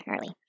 early